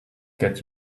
get